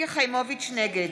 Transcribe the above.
נגד